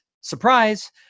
Surprise